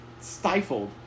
Stifled